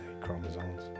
chromosomes